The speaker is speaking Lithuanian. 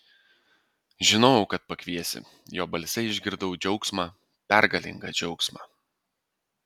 žinojau kad pakviesi jo balse išgirdau džiaugsmą pergalingą džiaugsmą